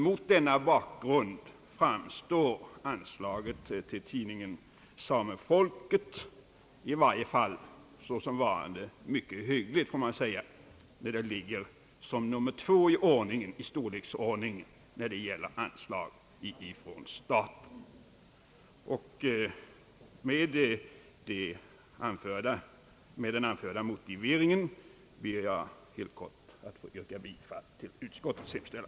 Mot denna bakgrund framstår anslaget till tidningen Samefolket i varje fall såsom mycket hyggligt; den ligger som nummer två i storleksordning när det gäller anslag från staten. Med den anförda motiveringen ber jag att få yrka bifall till utskottets hemställan.